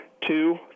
two